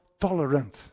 tolerant